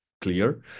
clear